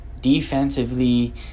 defensively